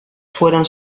fueron